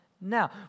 now